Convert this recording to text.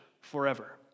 forever